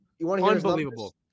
unbelievable